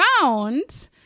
found